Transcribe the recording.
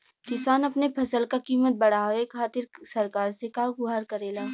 किसान अपने फसल क कीमत बढ़ावे खातिर सरकार से का गुहार करेला?